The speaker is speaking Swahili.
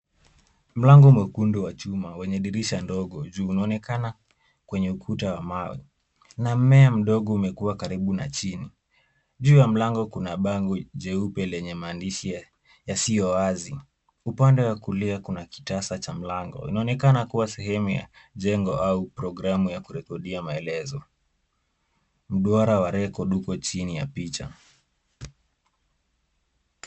Mlango mwekundu wenye dirisha ndogo juu unaonekana kwenye ukuta wa mawe na mmes mdogo umekua karibu na chini. Juu ya mlango kuna bango jeupe yenye maandishi yasiyo wazi. Upande wa kulia kuna kitasa cha mlango inaonekana kuwa sehemu ya jengo au programu ya kurekodia maelezo. Mduara wa rekodi uko chini ya picha.